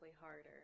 harder